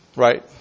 Right